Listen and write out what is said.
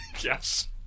Yes